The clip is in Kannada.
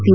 ಟಿ